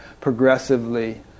progressively